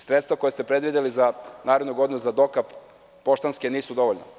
Sredstva koja ste predvideli za narednu godinu za dokap Poštanske nisu dovoljne.